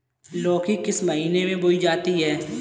लौकी किस महीने में बोई जाती है?